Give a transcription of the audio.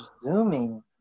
zooming